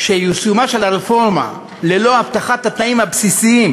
שיישומה של הרפורמה ללא הבטחת התנאים הבסיסיים